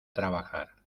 trabajar